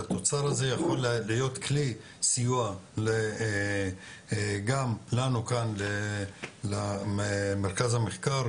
שהתוצר הזה יכול להיות כלי סיוע גם לנו כאן למרכז המחקר,